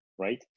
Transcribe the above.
right